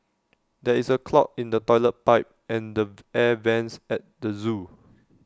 there is A clog in the Toilet Pipe and the air Vents at the Zoo